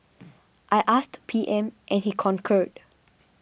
I asked P M and he concurred